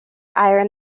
iron